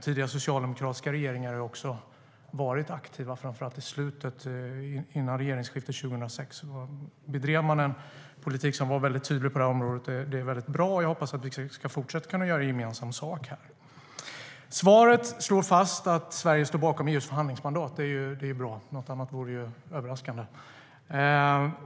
Tidigare socialdemokratiska regeringar har också varit aktiva, framför allt före regeringsskiftet 2006 då man bedrev en väldigt tydlig politik på detta område. Det var bra, och jag hoppas att vi kan fortsätta att göra gemensam sak här. I svaret slås fast att Sverige står bakom EU:s förhandlingsmandat. Det är bra. Något annat vore överraskande.